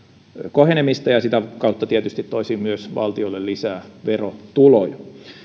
kohenemista ja sitä kautta tietysti toisi myös valtiolle lisää verotuloja